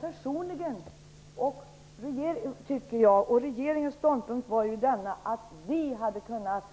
Personligen tycker jag -- det var också regeringens ståndpunkt -- att vi hade kunnat